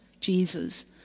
Jesus